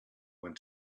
went